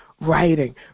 writing